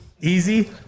Easy